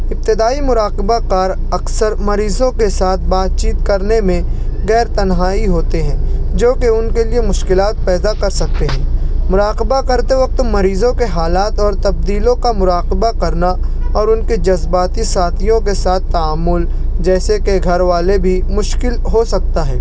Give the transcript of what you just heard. ابتدائی مراقبہ کار اکثر مریضوں کے ساتھ بات چیت کرنے میں غیرتنہائی ہوتے ہیں جوکہ ان کے لیے مشکلات پیدا کر سکتے ہیں مراقبہ کرتے وقت مریضوں کے حالات اور تبدیلوں کو مراقبہ کرنا اور ان کے جذباتی ساتھیوں کے ساتھ تعامل جیسے کہ گھر والے بھی مشکل ہوسکتا ہے